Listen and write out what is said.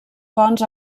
fonts